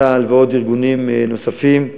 צה"ל וארגונים נוספים,